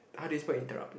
how do you spell interrupted